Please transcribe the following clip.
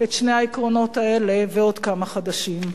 את שני העקרונות האלה ועוד כמה חדשים.